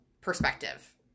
perspective